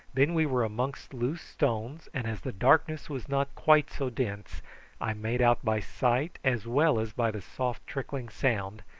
then we were amongst loose stones, and as the darkness was not quite so dense i made out by sight as well as by the soft trickling sound,